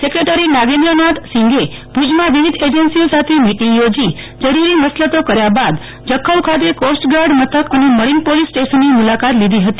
secretary Nagendranath સિંઘએ ભુજમાં વિવિધ એજન્સીઓ સાથે મિટીંગ યોજી જરૂરી મસલતો કર્યા બાદ જખૌ ખાતે કોસ્ટગાર્ડ મથક અને મરીન પોલીસ સ્ટેશનની મુલાકાત લીધી હતી